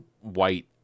white